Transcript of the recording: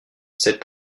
cette